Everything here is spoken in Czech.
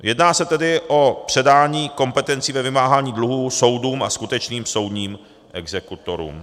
Jedná se tedy o předání kompetencí ve vymáhání dluhů soudům a skutečným soudním exekutorům.